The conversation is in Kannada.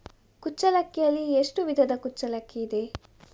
ಕುಚ್ಚಲಕ್ಕಿಯಲ್ಲಿ ಎಷ್ಟು ವಿಧದ ಕುಚ್ಚಲಕ್ಕಿ ಇದೆ?